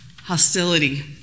hostility